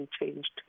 changed